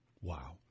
Wow